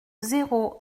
zéro